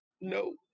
no